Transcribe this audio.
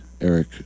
eric